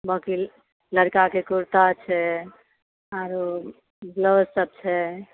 बाकी लड़का के कुर्ता छै आरो ब्लाउज सब छै